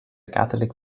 catholic